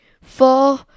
four